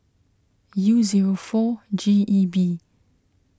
U zero four G E B